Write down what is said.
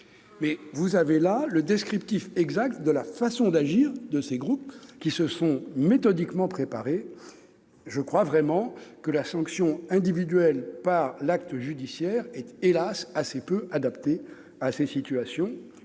blessés. C'est là le descriptif exact de la façon d'agir de ces groupes, qui se sont méthodiquement préparés. Aussi, je crois vraiment que la sanction individuelle au travers de l'acte judiciaire est, hélas ! assez peu adaptée à ces situations.